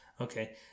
okay